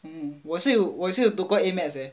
嗯我是有我是有读过 A maths eh